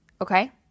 Okay